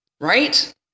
right